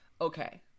okay